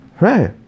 Right